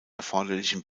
erforderlichen